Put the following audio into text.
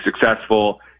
successful